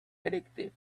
addictive